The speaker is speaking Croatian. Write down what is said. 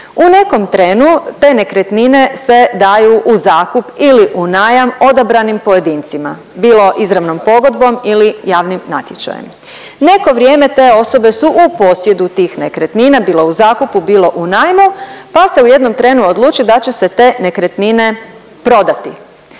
U nekom trenu te nekretnine se daju u zakup ili u najam odabranim pojedincima bilo izravnom pogodbom ili javnim natječajem. Neko vrijeme te osobe su u posjedu tih nekretnina bilo u zakupu, bilo u najmu, pa se u jednom trenu odluči da će se te nekretnine prodati